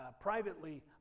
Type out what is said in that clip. privately